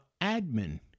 Admin